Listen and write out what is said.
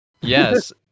yes